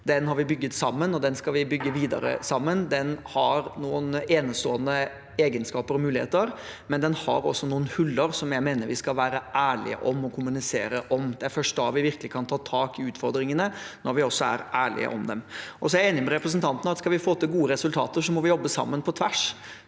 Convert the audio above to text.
Den har vi bygget sammen, og den skal vi bygge videre sammen. Den har noen enestående egenskaper og muligheter, men den har også noen hull jeg mener vi skal være ærlige om og kommunisere om. Det er først da vi virkelig kan ta tak i utfordringene, når vi også er ærlige om dem. Jeg er enig med representanten i at skal vi få til gode resultater, må vi jobbe sammen på tvers.